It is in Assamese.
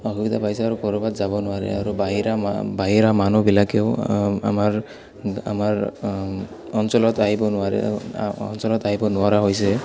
অসুবিধা পাইছে আৰু ক'ৰবাত যাব নোৱাৰে আৰু বাহিৰা মা বাহিৰা মানুহবিলাকেও আমাৰ আমাৰ অঞ্চলত আহিব নোৱাৰে অঞ্চলত আহিব নোৱাৰা হৈছে